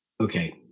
Okay